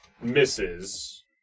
misses